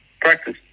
practice